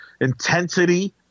intensity